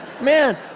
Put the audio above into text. Man